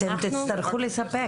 אתם תצטרכו לספק.